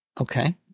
Okay